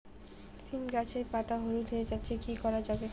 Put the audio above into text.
সীম গাছের পাতা হলুদ হয়ে যাচ্ছে কি করা যাবে?